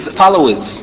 followers